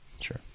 Sure